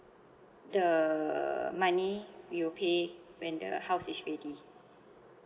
the money we will pay when the house is ready